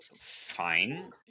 Fine